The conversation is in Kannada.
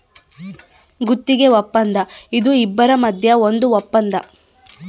ಗುತ್ತಿಗೆ ವಪ್ಪಂದ ಇದು ಇಬ್ರು ಮದ್ಯ ಒಂದ್ ವಪ್ಪಂದ